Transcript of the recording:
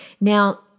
Now